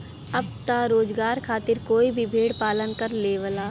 अब त रोजगार खातिर कोई भी भेड़ पालन कर लेवला